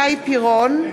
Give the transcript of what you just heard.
(קוראת בשמות חברי הכנסת) שי פירון,